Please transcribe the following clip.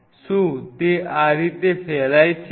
શું તે આ રીતે ફેલાય છે